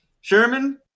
Sherman